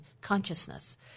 consciousness